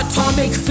Atomic